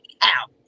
out